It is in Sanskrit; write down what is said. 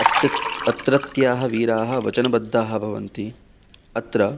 अत्य अत्रत्याः वीराः वचनबद्धाः भवन्ति अत्र